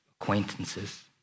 acquaintances